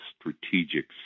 Strategic